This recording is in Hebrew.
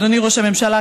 אדוני ראש הממשלה,